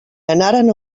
anaren